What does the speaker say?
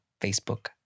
Facebook